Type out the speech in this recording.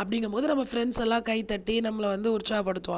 அப்படிங்கும் போது நம்ம ஃப்ரண்ட்ஸ் எல்லாம் கைத்தட்டி நம்மளை வந்து உற்சாகப்படுத்துவாங்க